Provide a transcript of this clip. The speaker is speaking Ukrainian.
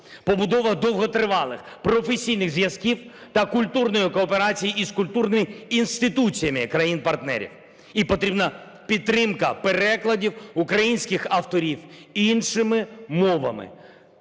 побудова довготривалих професійних зв'язків та культурної кооперації із культурними інституціями країн-партнерів. І потрібна підтримка перекладів українських авторів іншими мовами